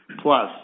plus